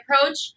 approach